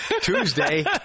Tuesday